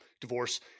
Divorce